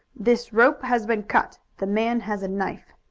this rope has been cut. the man has a knife.